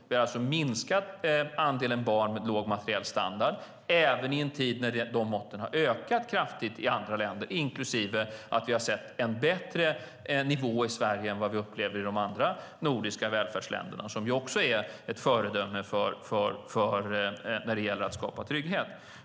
Vi har minskat andelen barn med låg materiell standard, även i en tid när de måtten har ökat kraftigt i andra länder, inklusive att vi har sett en bättre nivå i Sverige än vad vi upplever i de andra nordiska välfärdsländerna, som också är ett föredöme när det gäller att skapa trygghet.